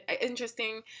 interesting